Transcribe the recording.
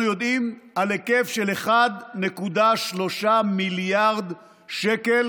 אנחנו יודעים על היקף של 1.3 מיליארד שקל